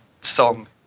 song